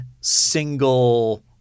single